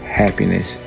happiness